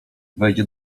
wejdzie